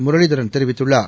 முரளிதரன் தெரிவித்துள்ளார்